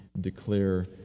declare